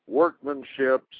workmanship